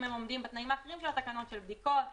של חברה